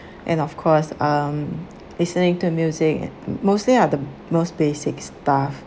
and of course um listening to music m~ mostly are the most basic stuff